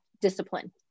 discipline